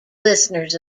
listeners